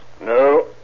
No